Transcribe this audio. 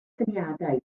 syniadau